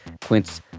Quince